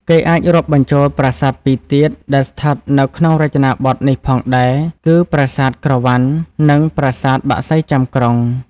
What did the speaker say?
គេអាចរាប់បញ្ចូលប្រាសាទពីរទៀត ដែលស្ថិតនៅក្នុងរចនាបថនេះផងដែរ គឺ ប្រាសាទក្រវាន់ និង ប្រាសាទបក្សីចាំក្រុង ។